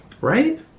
right